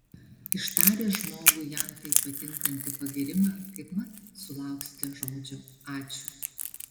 ištaręs žmogui jam taip patinkantį pagyrimą kaipmat sulauksite žodžio ačiū